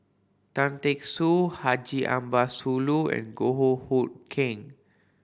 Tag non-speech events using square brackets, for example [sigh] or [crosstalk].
Tan Teck Soo Haji Ambo Sooloh and Goh [unintelligible] Hood Keng